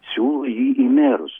siūlo jį į merus